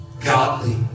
godly